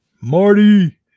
Marty